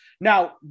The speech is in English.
Now